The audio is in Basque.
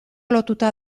lotuta